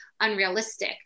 unrealistic